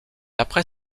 après